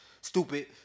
stupid